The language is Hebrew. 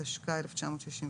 התשכ"א-1961".